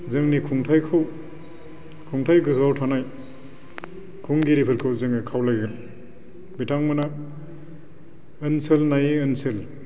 जोंनि खुंथायखौ खुंथाय गोहोआव थानाय खुंगिरिफोरखौ जोङो खावलायगोन बिथांमोना ओनसोल नायै ओनसोल